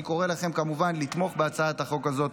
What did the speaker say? אני קורא לכם כמובן לתמוך בהצעת החוק הזאת.